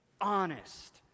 honest